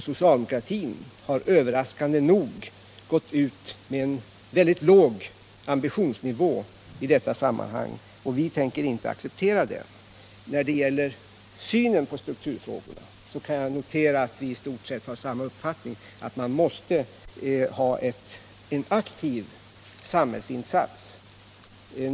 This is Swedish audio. Socialdemokratin har överraskande nog gått ut med en väldigt låg ambitionsnivå i detta sammanhang, och vi tänker inte acceptera den. När det gäller synen på strukturfrågorna kan jag notera att vi i stort sett har samma uppfattning: att det behövs en aktiv samhällsinsats.